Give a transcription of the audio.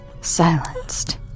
silenced